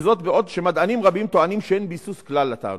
וזאת בעוד שמדענים רבים טוענים שאין כלל ביסוס לטענות.